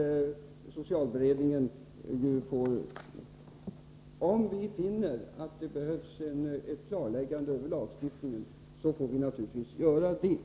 Socialberedningen skall utreda frågan, och om vi finner att det behövs ett klarläggande när det gäller lagstiftningen får vi naturligtvis göra ett sådant.